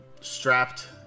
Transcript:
strapped